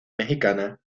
mexicana